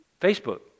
Facebook